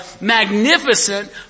magnificent